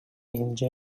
хэмжээ